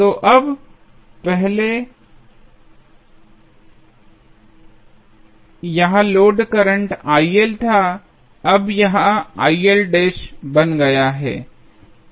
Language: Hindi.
तो अब पहले यह लोड करंट था यह बन गया है